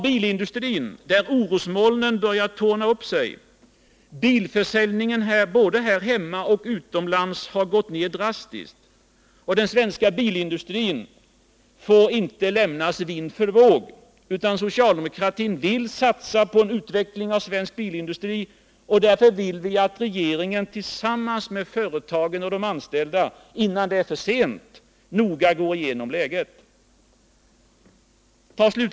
Bilindustrin är ett annat område där orosmolnen börjar torna upp sig. Bilförsäljningen både här hemma och utomlands har gått ner drastiskt. Den svenska bilindustrin får inte lämnas vind för våg. Socialdemokratin vill satsa på en utveckling av svensk bilindustri. Därför vill vi att regeringen tillsammans med företagen och de anställda — innan det är för sent — noga går igenom läget.